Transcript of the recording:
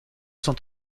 sont